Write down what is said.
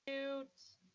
Cute